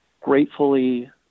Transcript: gratefully